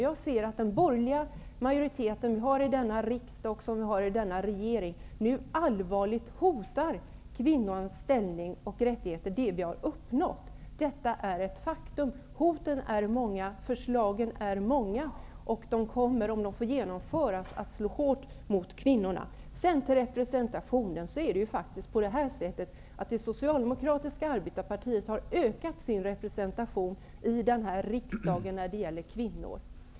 Jag ser att den borgerliga majoritet som vi har i denna riksdag och som vi har i regeringen nu allvarligt hotar kvinnornas ställning och rättigheter, det vi har uppnått. Detta är ett faktum. Hoten är många. Förslagen är många, och de kommer, om de får genomföras, att slå hårt mot kvinnorna. Arbetarpartiet socialdemokraterna ökat sin representation av kvinnor i riksdagen.